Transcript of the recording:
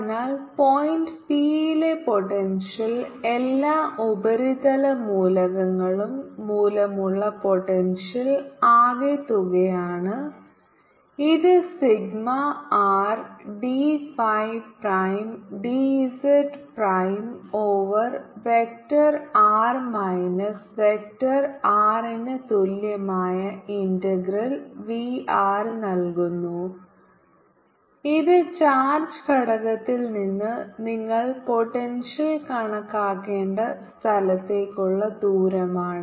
അതിനാൽ point p ലെ potential എല്ലാ ഉപരിതല മൂലകങ്ങളും മൂലമുള്ള പോട്ടെൻഷ്യൽ ആകെത്തുകയാണ് ഇത് sigma R d phi prime d z prime over vector r minus vector R ന് തുല്യമായ ഇന്റഗ്രൽ v r നൽകുന്നു ഇത് ചാർജ് ഘടകത്തിൽ നിന്ന് നിങ്ങൾ പോട്ടെൻഷ്യൽ കണക്കാക്കേണ്ട സ്ഥലത്തേക്കുള്ള ദൂരമാണ്